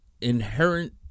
inherent